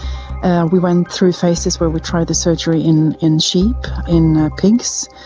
and we went through phases where we tried the surgery in in sheep, in pigs.